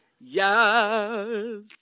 Yes